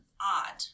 odd